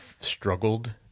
struggled